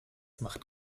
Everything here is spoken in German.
macht